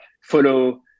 follow